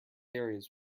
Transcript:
areas